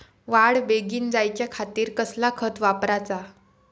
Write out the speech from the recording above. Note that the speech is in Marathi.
वाढ बेगीन जायच्या खातीर कसला खत वापराचा?